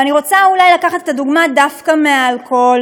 ואני רוצה אולי לקחת את הדוגמה דווקא מהאלכוהול.